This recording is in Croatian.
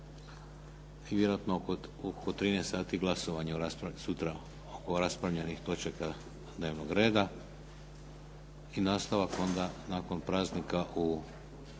I vjerojatno oko 13,00 sati glasovanje sutra o raspravljenim točkama dnevnog reda. I nastavak onda nakon praznika u